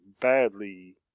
badly